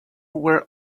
were